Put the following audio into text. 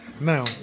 now